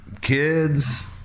kids